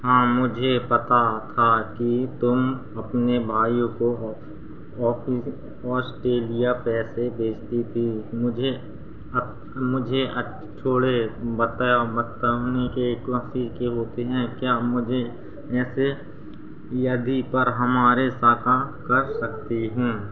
हाँ मुझे पता था कि तुम अपने भाई को अक्सर ओ ऑफी ऑस्ट्रेलिया पैसे भेजती थी मुझे मुझे थोड़े बताओ बताओ नि के कैसे होते हैं क्या मुझे यदि पर हमारी शाखा कर सकती हूँ